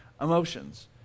emotions